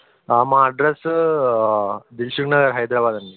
మా అడ్రస్ దిల్సుఖ్నగర్ హైదరాబాద్ అండి